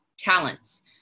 talents